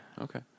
Okay